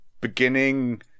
beginning